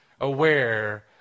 aware